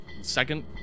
second